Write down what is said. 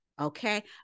okay